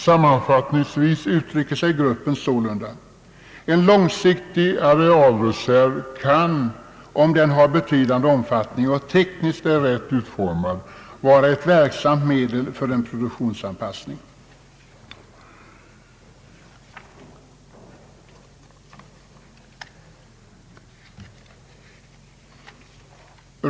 Sammanfattningsvis uttrycker sig gruppen sålunda: »En långsiktig arealreserv kan om den har betydande omfattning och tekniskt är rätt utformad vara ett verksamt medel för en produktionsanpassning.